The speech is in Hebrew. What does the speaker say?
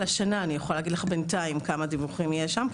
על השנה אני יכולה להגיד לך בינתיים כמה דיווחים יש שם,